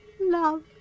Love